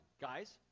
guys